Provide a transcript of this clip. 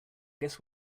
guess